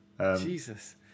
Jesus